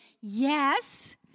Yes